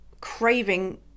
craving